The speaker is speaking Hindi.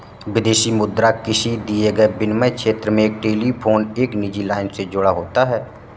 विदेशी मुद्रा किसी दिए गए विनिमय क्षेत्र में एक टेलीफोन एक निजी लाइन से जुड़ा होता है